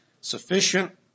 Sufficient